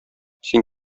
син